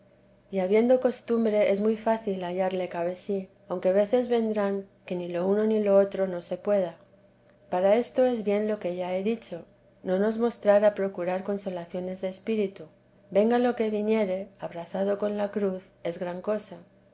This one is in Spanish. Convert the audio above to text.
y habiendo costumbre es muy fácil hallarle cabe sí aunque veces vernán que ni lo uno ni lo otro no se pueda para esto es bien lo que ya he dicho no nos mostrar a procurar consolaciones de espíritu venga lo que viniere abrazado con la cruz es gran cosa